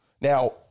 Now